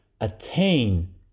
attain